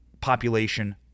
population